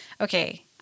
Okay